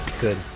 good